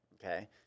Okay